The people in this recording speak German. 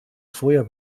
vorher